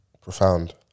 Profound